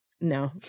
no